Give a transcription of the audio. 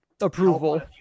approval